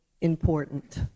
important